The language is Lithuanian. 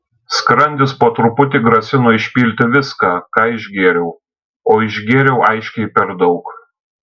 skrandis po truputį grasino išpilti viską ką išgėriau o išgėriau aiškiai per daug